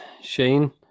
Shane